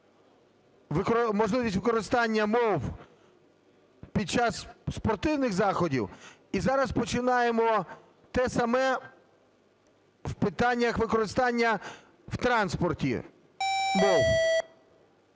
можливість використання мов під час спортивних заходів, і зараз починаємо те саме в питаннях використання в транспорті мов.